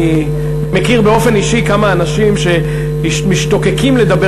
אני מכיר באופן אישי כמה אנשים שמשתוקקים לדבר